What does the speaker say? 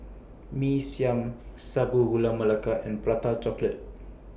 Mee Siam Sago Gula Melaka and Prata Chocolate